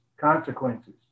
consequences